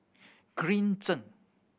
Green Zeng